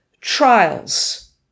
trials